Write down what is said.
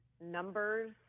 numbers